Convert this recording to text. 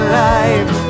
life